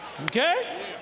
Okay